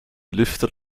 lüfter